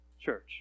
church